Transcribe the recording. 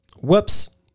whoops